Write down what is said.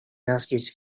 naskis